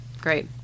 great